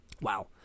Wow